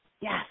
yes